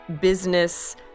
business